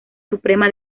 suprema